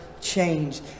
change